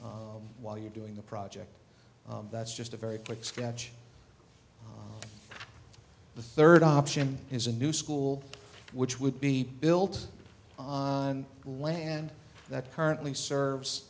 while you're doing the project that's just a very quick sketch the third option is a new school which would be built on land that currently serves